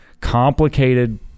complicated